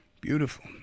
Beautiful